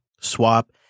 swap